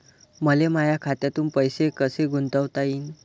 मले माया खात्यातून पैसे कसे गुंतवता येईन?